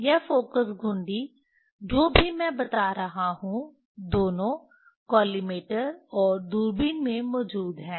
यह फ़ोकस घुंडी जो भी मैं बता रहा हूं दोनों कॉलिमेटर और दूरबीन में मौजूद हैं